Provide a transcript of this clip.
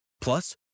Plus